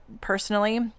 personally